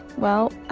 well,